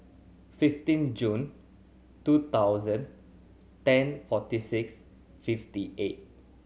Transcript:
fifteen June two thousand ten forty six fifty eight